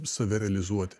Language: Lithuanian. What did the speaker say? save realizuoti